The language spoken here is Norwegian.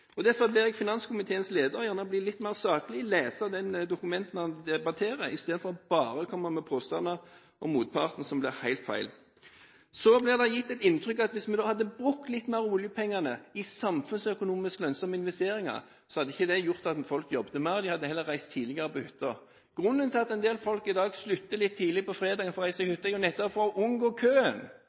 Og derfor ber jeg finanskomiteens leder om å bli litt mer saklig og lese de dokumentene han debatterer, i stedet for bare å komme med påstander om motparten som blir helt feil. Så blir det gitt et inntrykk av at hvis vi hadde brukt litt mer av oljepengene i samfunnsøkonomisk lønnsomme investeringer, hadde ikke det gjort at folk jobbet mer – de hadde heller reist tidligere på hytta. Grunnen til at en del folk i dag slutter litt tidlig på fredagen for å reise til hytta, er jo nettopp